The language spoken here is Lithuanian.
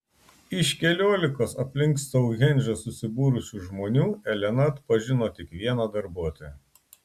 iš keliolikos aplink stounhendžą susibūrusių žmonių elena atpažino tik vieną darbuotoją